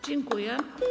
Dziękuję.